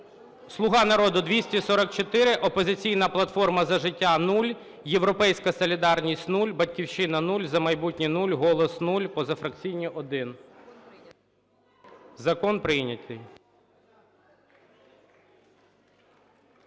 "Слуга народу" – 244, "Опозиційна платформа – За життя" – 0, "Європейська солідарність" – 0, "Батьківщина" – 0, "За майбутнє" – 0, "Голос" – 0, позафракційні – 1. Закон прийнятий.